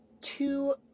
two